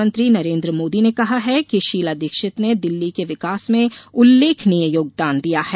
प्रधानमंत्री नरेन्द्र मोदी ने कहा है कि शीला दीक्षित ने दिल्ली के विकास में उल्लेखनीय योगदान दिया है